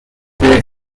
the